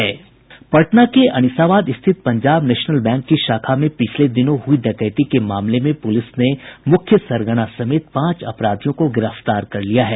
पटना के अनीसाबाद स्थित Punjab National Bank की शाखा में पिछले दिनों हुई डकैती के मामले में पुलिस ने मुख्य सरगना समेत पांच अपाराधियों को गिरफ्तार कर लिया है